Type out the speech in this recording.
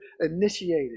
initiated